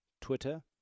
Twitter